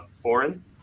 foreign